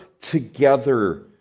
together